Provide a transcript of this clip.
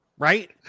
right